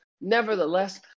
nevertheless